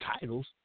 titles